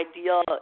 ideal